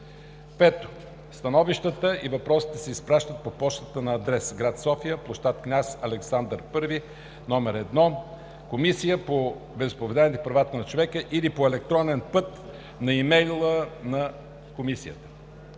5. Становищата и въпросите се изпращат по пощата на адрес: град София, пл. Княз Александър I, № 1 – Комисия по вероизповеданията и правата на човека, или по електронен път на имейла на Комисията.